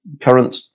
current